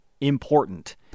important